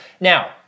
Now